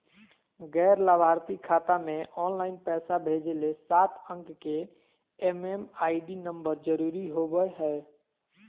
गैर लाभार्थी खाता मे ऑनलाइन पैसा भेजे ले सात अंक के एम.एम.आई.डी नम्बर जरूरी होबय हय